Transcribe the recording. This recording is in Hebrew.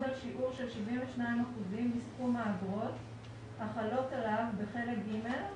על שיעור של 72 אחוזים מסכום האגרות הקבועות בחלק ג',